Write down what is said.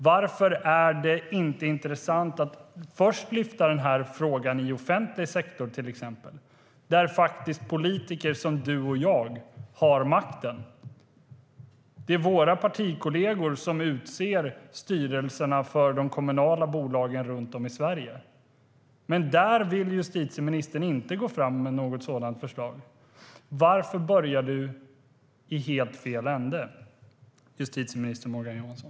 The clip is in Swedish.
Varför är det inte intressant att först lyfta den här frågan i till exempel offentlig sektor, där politiker som du och jag har makten? Det är våra partikollegor som utser styrelserna för de kommunala bolagen runt om i Sverige. Men där vill justitieministern inte gå fram med något sådant förslag. Varför börjar du i helt fel ände, justitieminister Morgan Johansson?